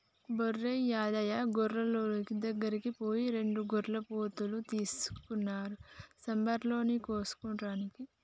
ఒరేయ్ యాదయ్య గొర్రులోళ్ళ దగ్గరికి పోయి రెండు గొర్రెపోతులు తీసుకురా సంబరాలలో కోసుకోటానికి